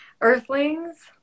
Earthlings